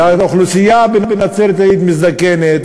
והאוכלוסייה בנצרת-עילית מזדקנת,